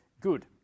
good